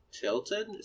Tilted